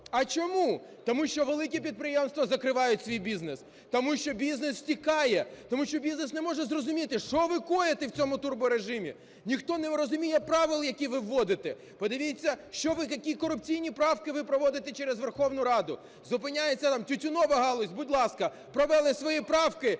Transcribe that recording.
А чому? Тому що великі підприємства закривають свій бізнес, тому що бізнес втікає, тому що бізнес не може зрозуміти, що ви коїте в цьому турборежимі, ніхто не розуміє правил, які ви вводите. Подивіться, що ви, які корупційні правки ви проводите через Верховну Раду. Зупиняється тютюнова галузь. Будь ласка, провели свої правки